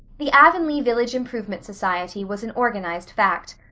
the avonlea village improvement society was an organized fact.